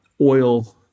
oil